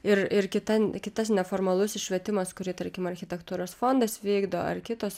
ir ir kitan kitas neformalusis švietimas kurį tarkim architektūros fondas vykdo ar kitos